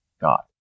God